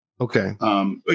Okay